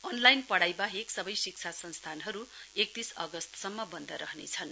online पढाई बाहेक सबै शिक्षा संस्थानहरू एकतीस अगस्तसम्म बन्द रहनेछन्